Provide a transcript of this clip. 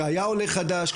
שהיה עולה חדש,